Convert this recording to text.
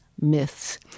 myths